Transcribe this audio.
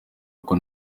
uko